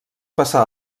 passà